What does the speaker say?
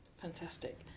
Fantastic